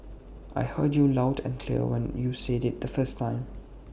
I heard you loud and clear when you said IT the first time